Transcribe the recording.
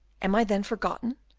am i then forgotten,